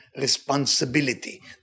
responsibility